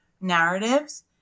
narratives